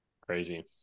Crazy